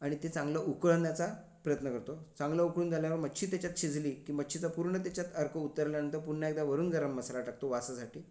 आणि ते चांगलं उकळण्याचा प्रयत्न करतो चांगलं उकळून झाल्यावर मच्छी त्याच्यात शिजली की मच्छीचं पूर्ण त्याच्यात अर्क उतरल्यानंत पुन्हा एकदा वरून गरम मसाला टाकतो वासासाठी